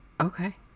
Okay